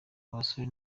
abasore